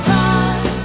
time